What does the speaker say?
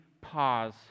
pause